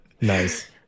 Nice